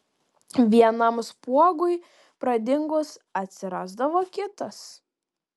vienam spuogui pradingus atsirasdavo kitas